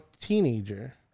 teenager